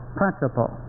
principle